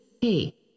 Hey